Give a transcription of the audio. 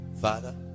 Father